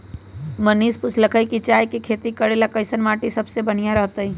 मनीष पूछलकई कि चाय के खेती करे ला कईसन माटी सबसे बनिहा रहतई